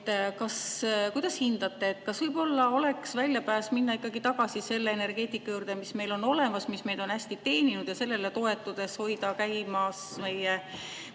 Kuidas te hindate: kas võib-olla oleks väljapääs minna ikkagi tagasi selle energeetika juurde, mis meil on olemas, mis meid on hästi teeninud, ja sellele toetudes hoida käimas meie